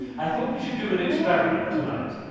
i thought we should do an experiment tonight.